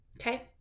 okay